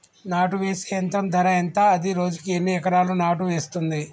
నాటు వేసే యంత్రం ధర ఎంత? అది రోజుకు ఎన్ని ఎకరాలు నాటు వేస్తుంది?